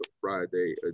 Friday